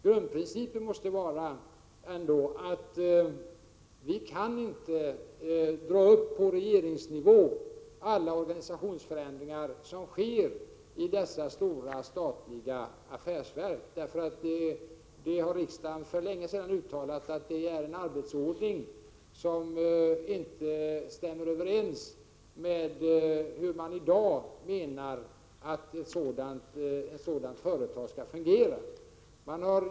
Grundprincipen måste ändå vara att vi inte kan dra upp på regeringsnivå alla organisationsförändringar som sker i sådana här stora statliga affärsverk. Riksdagen har ju för länge sedan uttalat att en sådan arbetsordning inte stämmer överens med dagens uppfattning om hur sådana här företag skall fungera.